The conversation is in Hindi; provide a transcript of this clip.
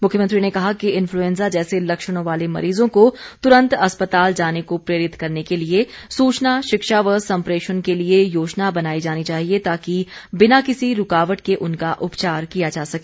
मुख्यमंत्री ने कहा कि इंफ्लुएंजा जैसे लक्षणों वाले मरीजों को तुरंत अस्पताल जाने को प्रेरित करने के लिये सूचना शिक्षा व सम्प्रेषण के लिये योजना बनाई जानी चाहिए ताकि बिना किसी रुकावट के उनका उपचार किया जा सके